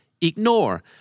Ignore